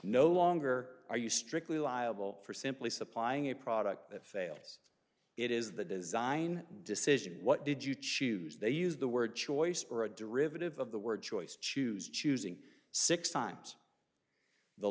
no longer are you strictly liable for simply supplying a product that fails it is the design decision what did you choose they use the word choice for a derivative of the word choice choose choosing six times the